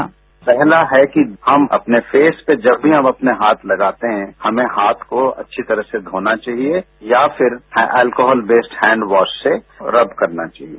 sound bite पहला है कि हम अपने फेस पर जब भी हम अपने हाथ लगाते हैं हमें हाथ को अच्छी तरह से धोना चाहिए या फिर एल्कोहल बेस हैंडवॉश से रब करना चाहिए